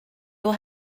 will